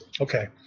Okay